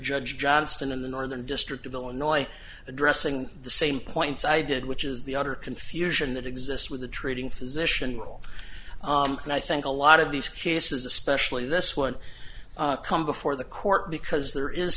judge johnston in the northern district of illinois addressing the same points i did which is the utter confusion that exists with the treating physician role and i think a lot of these cases especially this one come before the court because there is